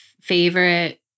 favorite